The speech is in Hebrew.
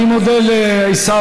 אני מודה לעיסאווי,